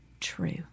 true